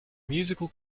musical